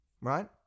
Right